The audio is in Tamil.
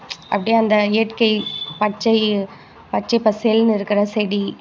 அப்படியே இயற்கை பச்சை பச்சை பசேல்ன்னு இருக்கிற செடி